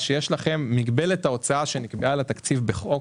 מגבלת ההוצאה שנקבעה לתקציב בחוק